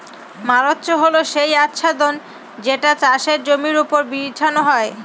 mulch হল সেই আচ্ছাদন যেটা চাষের জমির ওপর বিছানো হয়